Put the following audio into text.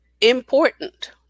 Important